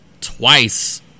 twice